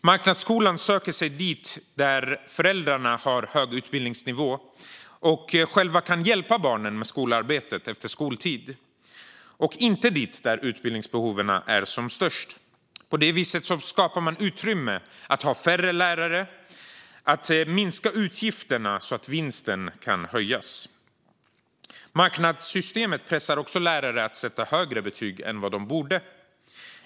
Marknadsskolan söker sig dit där föräldrarna har en hög utbildningsnivå och kan hjälpa barnen med skolarbetet efter skoltid och inte dit där utbildningsbehovet är som störst. På det viset skapar man utrymme för att ha färre lärare och minska utgifterna så att vinsten kan höjas. Marknadssystemet pressar också lärare att sätta högre betyg än de borde.